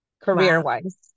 career-wise